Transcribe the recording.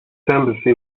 embassy